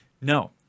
No